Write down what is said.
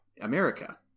america